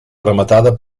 rematada